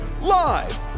Live